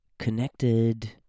connected